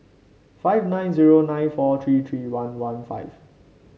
five nine zero nine four three three one one five